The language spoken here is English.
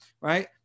right